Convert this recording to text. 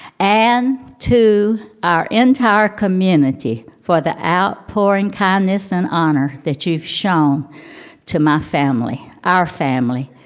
and to our entire community, for the outpouring kindness and honor that you've shown to my family, our family.